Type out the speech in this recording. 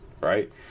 Right